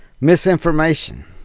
Misinformation